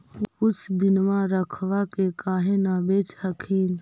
कुछ दिनमा रखबा के काहे न बेच हखिन?